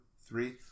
three